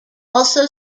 also